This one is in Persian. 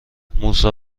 موسی